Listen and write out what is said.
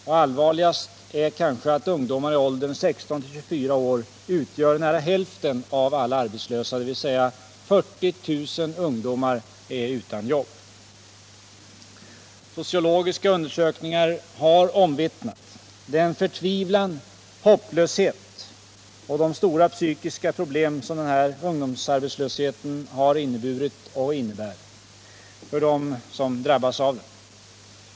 Och allvarligast är kanske att ungdomar i åldern 16-24 år utgör nära hälften av alla arbetslösa, dvs. att 40 000 ungdomar är utan jobb. Sociologiska undersökningar har omvittnat den förtvivlan och hopplöshet och de stora psykiska problem som denna ungdomsarbetslöshet har inneburit och innebär för de drabbade.